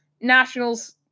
Nationals